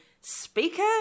speaker